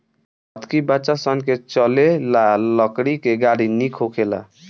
हतकी बच्चा सन के चले ला लकड़ी के गाड़ी निक होखेला